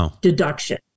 deduction